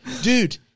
dude